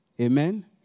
Amen